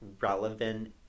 relevant